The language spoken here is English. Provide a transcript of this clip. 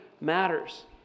matters